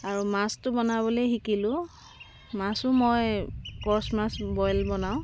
আৰু মাছটো বনাবলৈ শিকিলোঁ মাছো মই কচ মাছ বইল বনাওঁ